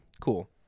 Cool